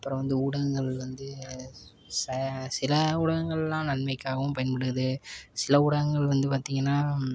அப்புறம் வந்து ஊடகங்கள் வந்து சே சில ஊடகங்கள்லாம் நன்மைக்காகவும் பயன்படுது சில ஊடகங்கள் வந்து பார்த்திங்கன்னா